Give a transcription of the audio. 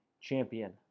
champion